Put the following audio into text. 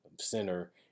center